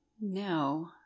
No